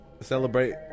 celebrate